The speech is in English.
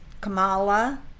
Kamala